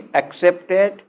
accepted